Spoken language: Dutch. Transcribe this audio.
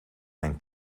mijn